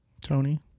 Tony